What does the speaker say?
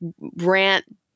rant